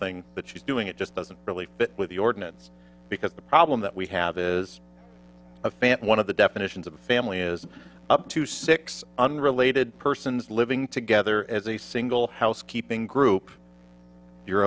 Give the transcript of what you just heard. thing that she's doing it just doesn't really fit with the ordinance because the problem that we have is a fan one of the definitions of family is up to six unrelated persons living together as a single housekeeping group you're